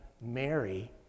Mary